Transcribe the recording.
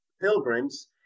pilgrims